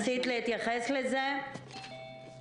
דווקא האוצר מאוד נדיב איתנו בתקציבים.